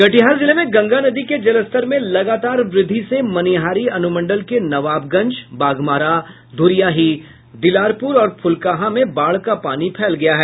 कटिहार जिले में गंगा नदी के जलस्तर में लगातार वृद्धि से मनिहारी अनुमंडल के नवाबगंज बाघमारा धुरियाही दिलारपुर और फुलकाहा में बाढ का पानी फैल गया है